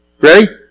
Ready